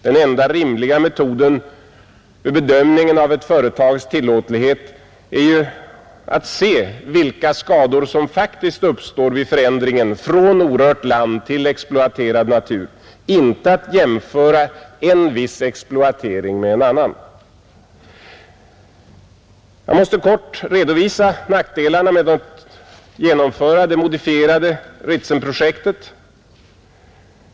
Den enda rimliga metoden vid bedömningen av ett företags tillåtlighet är ju att se vilka skador som faktiskt uppstår vid förändringen från orört land till exploaterad natur, inte att jämföra en viss exploatering med en annan, Jag måste kort redovisa nackdelarna med att genomföra det modifierade Ritsemprojektet.